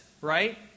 right